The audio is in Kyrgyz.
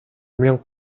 мен